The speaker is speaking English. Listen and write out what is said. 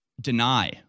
deny